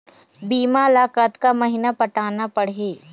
बीमा ला कतका महीना पटाना पड़ही?